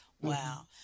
Wow